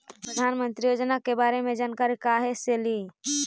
प्रधानमंत्री योजना के बारे मे जानकारी काहे से ली?